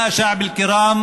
(אומר דברים בשפה הערבית,